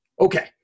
Okay